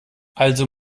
also